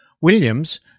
Williams